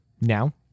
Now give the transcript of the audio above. Now